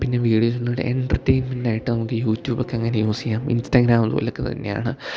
പിന്നെ വീഡിയോസിലൂടെ എൻറ്റർറ്റേൻമൻറ്റായിട്ട് നമുക്ക് യൂറ്റൂബൊക്കെ അങ്ങന യൂസ് ചെയ്യാം ഇൻസ്റ്റാഗ്രാം അത് പോലെ ഒക്കെ തന്നെയാണ്